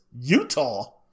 Utah